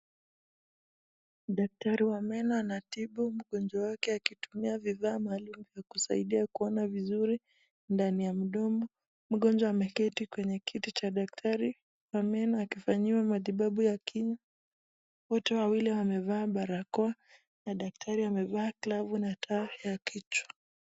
Daktari wa meno anatibu mgonjwa wake akitumia vivaa mahali pa kusaidia kuona vizuri ndani ya mndomo mgonjwa kwenye kiti cha daktari ya meno akifanyiwa matibabu kinywa wote wawili wamevaa barakoa na daktari amevaa kilofu na tai ya kitu.